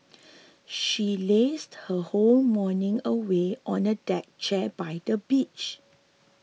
she lazed her whole morning away on a deck chair by the beach